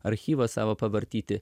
archyvą savo pavartyti